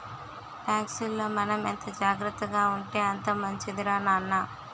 టాక్సుల్లో మనం ఎంత జాగ్రత్తగా ఉంటే అంత మంచిదిరా నాన్న